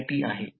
48Ω होत आहे